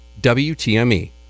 WTME